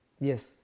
Yes